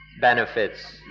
benefits